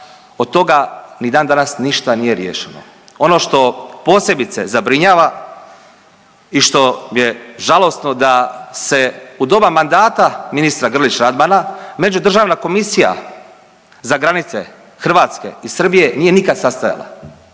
od toga ni dan danas ništa nije riješeno. Ono što posebice zabrinjava i što je žalosno da se u doba mandata ministra Grlić Radmana međudržavna komisija za granice Hrvatske i Srbije nije nikad sastajala,